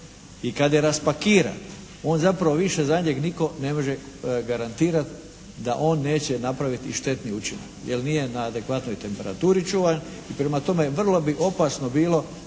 i kad je raspakiran on zapravo, više za njeg nitko ne može garantirati da on neće napraviti štetni učinak. Jer nije na adekvatnoj temperaturi čuvan. Prema tome vrlo bi opasno bilo